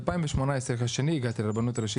רגע, סליחה, אנחנו היינו באמצע הדברים של גלעד.